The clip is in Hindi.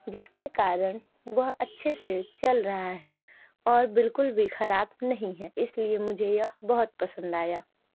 जिसके कारण वह अच्छे से चल रहा है और बिल्कुल भी खराब नहीं है इसलिए मुझे यह बहुत पसंद आया